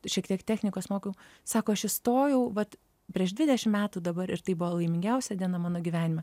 šiek tiek technikos mokiau sako aš įstojau vat prieš dvidešimt metų dabar ir tai buvo laimingiausia diena mano gyvenime